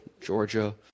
Georgia